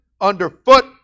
underfoot